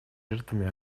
жертвами